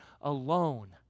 alone